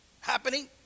happening